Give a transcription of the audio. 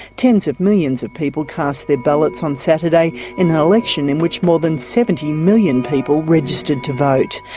tens of millions of people cast their ballots on saturday in election in which more than seventy million people registered to vote.